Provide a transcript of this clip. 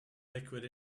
liquid